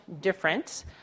different